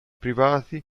privati